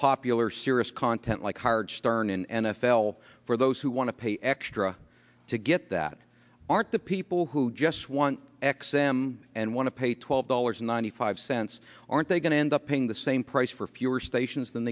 popular sirius content like hard stern in n f l for those who want to pay extra to get that aren't the people who just want x m and want to pay twelve dollars ninety five cents aren't they going to end up paying the same price for fewer stations than